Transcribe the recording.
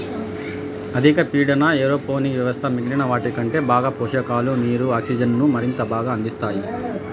అధిక పీడన ఏరోపోనిక్ వ్యవస్థ మిగిలిన వాటికంటే బాగా పోషకాలు, నీరు, ఆక్సిజన్ను మరింత బాగా అందిస్తాయి